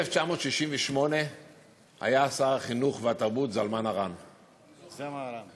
ב-1968 היה שר החינוך והתרבות זלמן ארן אני זוכר אותו.